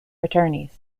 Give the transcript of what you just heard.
attorneys